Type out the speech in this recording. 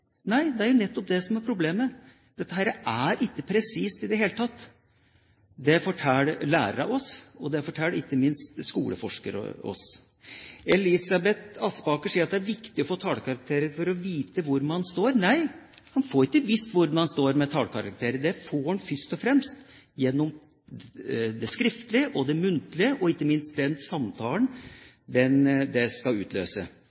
Nei, det er jo nettopp det som er problemet: Dette er ikke presist i det hele tatt. Det forteller lærere oss, og det forteller ikke minst skoleforskere oss. Elisabeth Aspaker sier at det er viktig å få tallkarakterer for å vite hvor man står. Nei, man får ikke vite hvor man står, med tallkarakterer. Det får man først og fremst gjennom den skriftlige og den muntlige vurderingen og ikke minst den samtalen dette skal utløse.